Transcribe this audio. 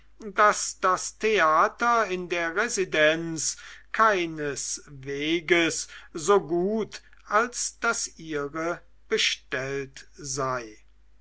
daß das theater in der residenz keineswegs so gut als das ihre bestellt sei